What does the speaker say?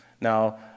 Now